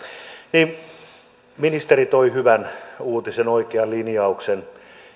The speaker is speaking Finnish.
ministeri toi hyvän uutisen oikean linjauksen